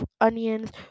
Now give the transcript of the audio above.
onions